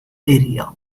area